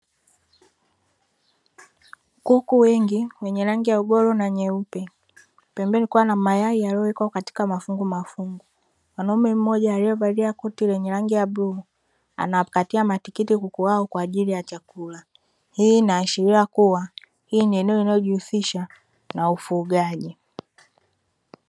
Kuku wengi wenye rangi ya ugoro na nyeupe pembeni kukiwa na mayai yaliyowekwa katika mafungu, mafungu mwanaume mmoja aliovalia koti lenye rangi ya bluu, anawapatia matikiti kuku hao kwa ajili ya chakula hii inaashiria kuwa hii ni eneo inayojihusisha na ufugaji.